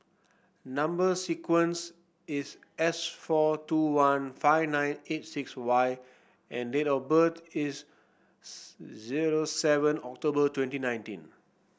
number sequence is S four two one five nine eight six Y and date of birth is zero seven October twenty nineteen